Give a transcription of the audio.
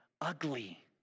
ugly